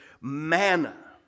manna